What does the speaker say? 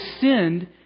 sinned